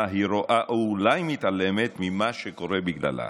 / היא רואה או אולי מתעלמת / ממה שקורה בגללה.